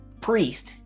priest